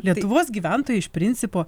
lietuvos gyventojai iš principo